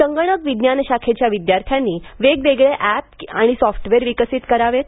संगणक विज्ञानशाखेच्या विद्यार्थ्यांनी वेगवेगळे अँप आणि सॉफ्टवेअर विकसित करावेत